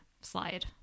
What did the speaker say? slide